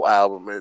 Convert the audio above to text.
album